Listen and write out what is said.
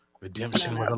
Redemption